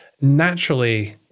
naturally